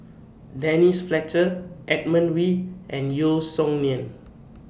Denise Fletcher Edmund Wee and Yeo Song Nian